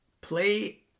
play